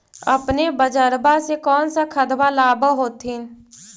अपने बजरबा से कौन सा खदबा लाब होत्थिन?